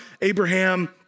Abraham